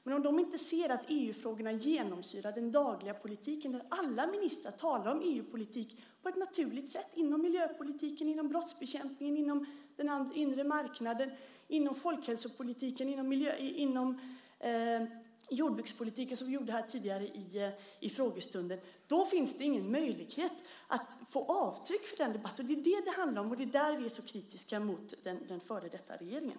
Men om de inte ser att EU-frågorna genomsyrar den dagliga politiken, om inte alla ministrar talar om EU-politik på ett naturligt sätt - inom miljöpolitiken, inom brottsbekämpningen, inom den inre marknaden, inom folkhälsopolitiken och inom jordbrukspolitiken, som vi gjorde tidigare här under frågestunden - finns det ingen möjlighet att få avtryck för den debatten. Det är det som det handlar om, och det är där vi är så kritiska mot den förra regeringen.